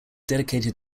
dedicated